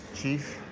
chief,